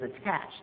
attached